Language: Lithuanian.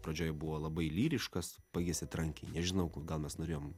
pradžioje buvo labai lyriškas baigėsi trankiai nežinau gal mes norėjom